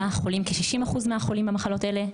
בה חולים כ-60% מהחולים במחלות האלה,